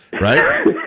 right